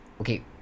okay